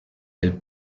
del